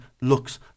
looks